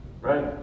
right